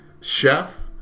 Chef